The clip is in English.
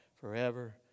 Forever